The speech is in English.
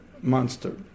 monster